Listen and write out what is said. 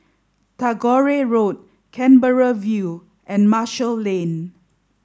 Tagore Road Canberra View and Marshall Lane